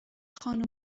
خانم